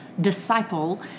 disciple